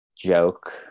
joke